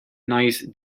nice